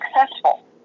successful